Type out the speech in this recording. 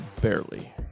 barely